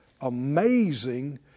amazing